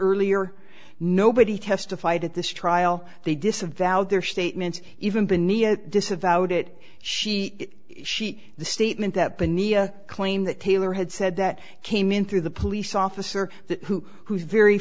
earlier nobody testified at this trial they disavowed their statements even beneath disavowed it she she the statement that the nia claim that taylor had said that came in through the police officer that who who's very